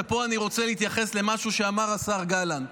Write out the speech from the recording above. ופה אני רוצה להתייחס למשהו שאמר השר גלנט,